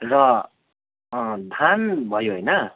र फार्म भयो होइन